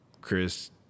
Chris